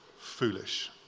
foolish